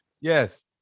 Yes